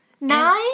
Nine